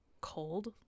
cold